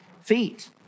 feet